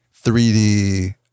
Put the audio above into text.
3D